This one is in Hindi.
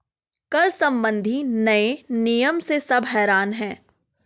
कर संबंधी नए नियम से सब हैरान हैं